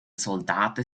soldaten